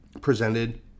presented